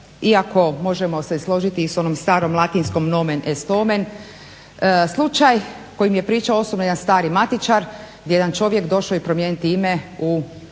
iako možemo se složiti i s onom starom latinskom nomen est omen slučaj koji mi je pričao osobno jedan stari matičar, jedan čovjek došao je promijeniti ime u